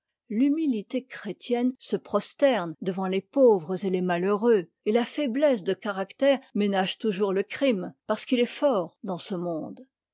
l'humilité chrétienne se prosterne devant les pauvres et les malheureux et la faiblesse de caractère ménage toujours le crime parce qu'il est fort dans ce monde